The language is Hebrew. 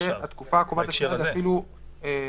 לפי